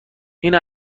این